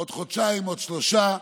עוד חודשיים, עוד שלושה.